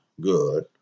good